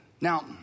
Now